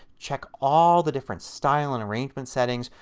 check all the different style and arrangement settings.